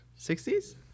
60s